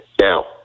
now